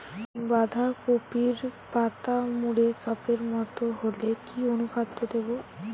বাঁধাকপির পাতা মুড়ে কাপের মতো হলে কি অনুখাদ্য দেবো?